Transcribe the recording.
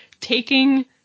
taking